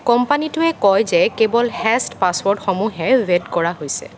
কোম্পানীটোৱে কয় যে কেৱল হেচড পাছৱৰ্ডসমূহহে ভেদ কৰা হৈছে